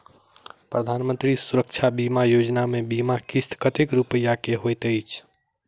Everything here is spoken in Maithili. प्रधानमंत्री सुरक्षा बीमा योजना मे बीमा किस्त कतेक रूपया केँ होइत अछि?